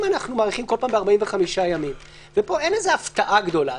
אם אנחנו מאריכים כל פעם ב-45 ימים ופה אין איזו הפתעה גדולה,